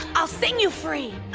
i'll sing you free.